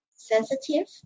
sensitive